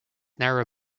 narrow